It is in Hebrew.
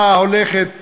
הצרה שהולכת